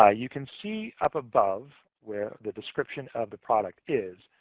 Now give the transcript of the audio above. ah you can see up above where the description of the product is,